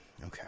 Okay